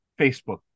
Facebook